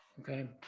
Okay